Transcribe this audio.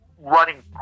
running